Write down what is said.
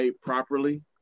properly